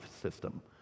system